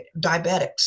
diabetics